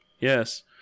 yes